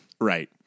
Right